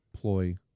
ploy